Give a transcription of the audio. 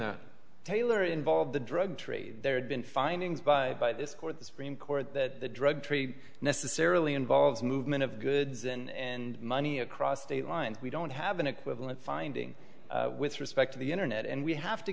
that taylor involved the drug trade there have been findings by by this court the supreme court that the drug trade necessarily involves movement of goods and money across state lines we don't have an equivalent finding with respect to the internet and we have to